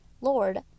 Lord